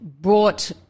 brought